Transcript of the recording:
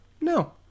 no